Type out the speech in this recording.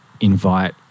invite